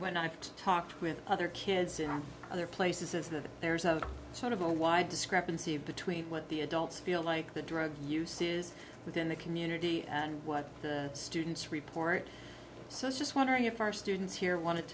when i talked with other kids in other places is that there's a sort of a wide discrepancy between what the adults feel like the drug use is within the community and what students report so it's just wondering if our students here want